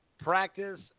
practice